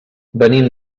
venim